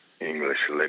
English